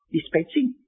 Dispensing